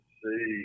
see